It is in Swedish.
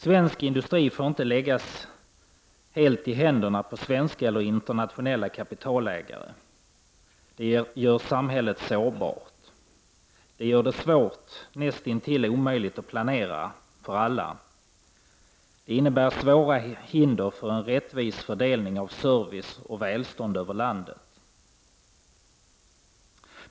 Svensk industri får inte läggas helt i händerna på svenska eller internationella kapitalägare. Det gör samhället sårbart. Det gör det svårt, nästintill omöjligt, att planera för alla. Det innebär svåra hinder för en rättvis fördelning av service och välstånd över landet.